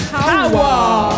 power